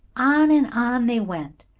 on and on they went,